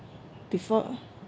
before